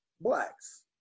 blacks